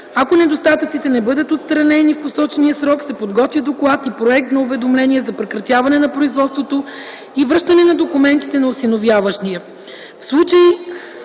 Ако недостатъците не бъдат отстранени в посочения срок, се подготвя доклад и проект на уведомление за прекратяване на производството и връщане на документите на осиновяващия.